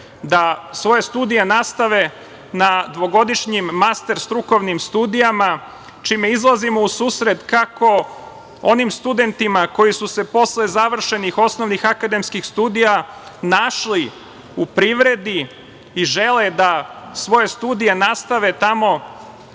da svoje studije nastave na dvogodišnjim master strukovnim studijama, čime izlazimo u susret, kako onim studentima koji su se posle završenih akademskih studija našli u privredi i žele da svoje studije nastave tamo